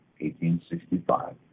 1865